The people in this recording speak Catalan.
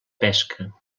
pesca